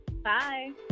Bye